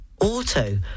Auto